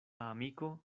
amiko